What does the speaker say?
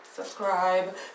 subscribe